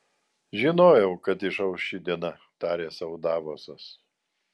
žinojau kad išauš ši diena tarė sau davosas